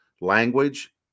Language